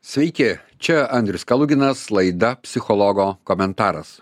sveiki čia andrius kaluginas laida psichologo komentaras